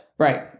Right